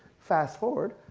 fast forward,